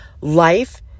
life